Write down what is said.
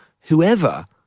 whoever